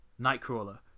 Nightcrawler